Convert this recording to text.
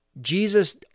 Jesus